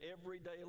everyday